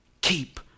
Keep